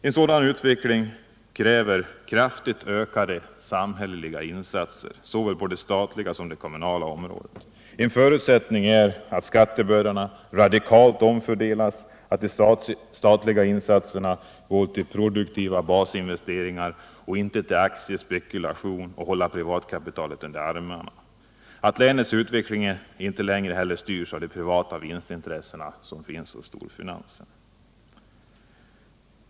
En sådan utveckling kräver kraftigt ökade samhälleliga insatser, såväl på det statliga som på det kommunala området. En förutsättning är att skattebördorna radikalt omfördelas, att de statliga insatserna går till produktiva basinvesteringar, inte till aktiespekulationer och till att hålla privatkapitalet under armarna, att länets utveckling inte längre styrs av det privata vinstintresset hos storfinansen.